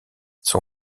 son